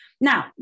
now